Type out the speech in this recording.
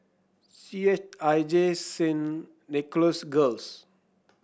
C H I J Saint Nicholas Girls